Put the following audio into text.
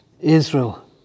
Israel